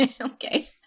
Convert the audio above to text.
Okay